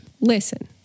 Listen